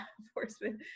enforcement